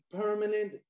permanent